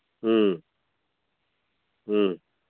ꯎꯝ